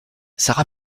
sara